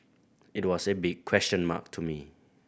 it was a big question mark to me